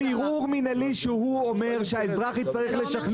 בערעור מנהלי שהוא אומר שהאזרח יצטרך לשכנע.